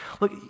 Look